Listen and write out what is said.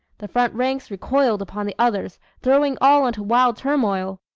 the front ranks recoiled upon the others, throwing all into wild turmoil.